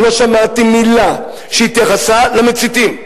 לא שמעתי מלה שהתייחסה למציתים.